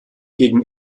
gegen